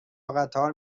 قطار